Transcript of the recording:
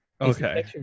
okay